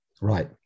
Right